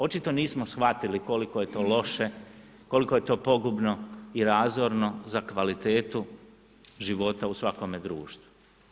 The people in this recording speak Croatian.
Očito nismo shvatili koliko je to loše, koliko je to pogubno i razorno za kvalitetu života u svakome društvu.